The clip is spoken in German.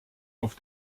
auf